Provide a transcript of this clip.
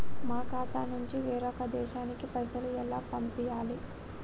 మా ఖాతా నుంచి వేరొక దేశానికి పైసలు ఎలా పంపియ్యాలి?